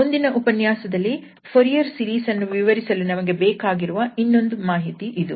ಮುಂದಿನ ಉಪನ್ಯಾಸದಲ್ಲಿ Fourier series ಅನ್ನು ವಿವರಿಸಲು ನಮಗೆ ಬೇಕಾಗಿರುವ ಇನ್ನೊಂದು ಮಾಹಿತಿ ಇದು